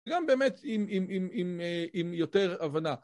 גם באמת עם יותר הבנה.